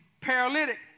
paralytic